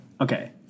Okay